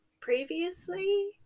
previously